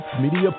media